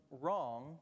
wrong